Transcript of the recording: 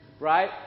Right